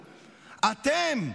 אתם,